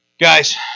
guys